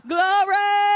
Glory